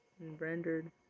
Rendered